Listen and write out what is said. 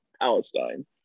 Palestine